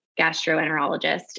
gastroenterologist